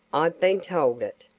i've been told it.